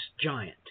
giant